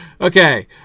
Okay